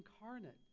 incarnate